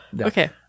okay